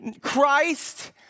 Christ